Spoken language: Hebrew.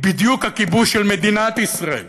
היא בדיוק הכיבוש של מדינת ישראל.